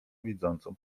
widzącą